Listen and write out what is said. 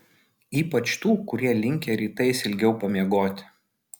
ypač tų kurie linkę rytais ilgiau pamiegoti